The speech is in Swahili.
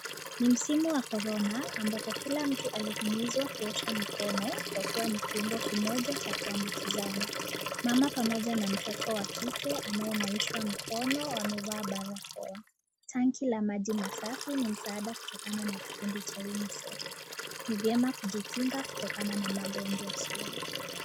Ni msimu wa korona, ambapo kila mtu alihimizwa kuosha mikono kwa kuwa ni kiungo kimoja cha kuambukizana. Mama pamoja na mtoto wa kike anayenawishwa mkono amevaa barakoa. Tanki la maji masafi ni msaada kutokana na kikundi cha UNICEF. Ni vyema kujikinga kutokana na magonjwa sugu.